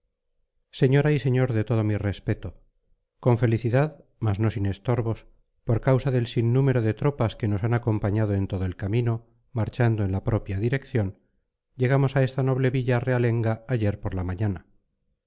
señora y señor de todo mi respeto con felicidad mas no sin estorbos por causa del sinnúmero de tropas que nos han acompañado en todo el camino marchando en la propia dirección llegamos a esta noble villa realenga ayer por la mañana